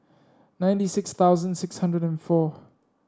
ninety six thousand six hundred and four